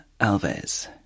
Alves